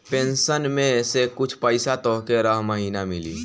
pension में से कुछ पईसा तोहके रह महिना मिली